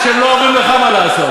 כמו שהם לא אומרים לך מה לעשות.